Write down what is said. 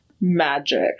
magic